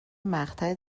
مقطع